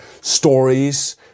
stories